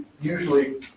usually